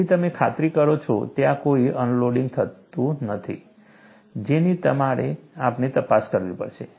તેથી તમે ખાતરી કરો કે ત્યાં કોઈ અનલોડિંગ થતું નથી જેની આપણે તપાસ કરવી પડશે